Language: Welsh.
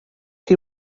chi